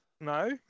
No